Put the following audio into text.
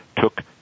took